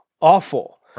awful